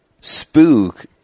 spook